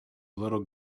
little